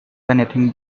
anything